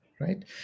right